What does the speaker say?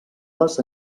les